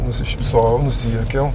nusišypsojau nusijuokiau